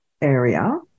area